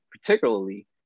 particularly